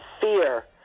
fear